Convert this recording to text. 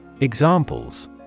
Examples